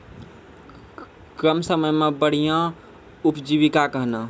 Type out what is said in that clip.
कम समय मे बढ़िया उपजीविका कहना?